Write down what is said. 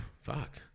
fuck